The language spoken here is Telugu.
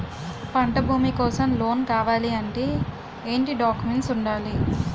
పంట భూమి కోసం లోన్ కావాలి అంటే ఏంటి డాక్యుమెంట్స్ ఉండాలి?